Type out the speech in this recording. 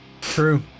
True